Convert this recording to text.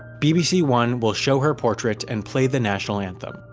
bbc one will show her portrait and play the national anthem.